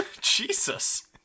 Jesus